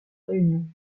réunion